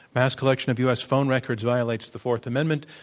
mass collection of u. s. phone records violates the fourth amendment.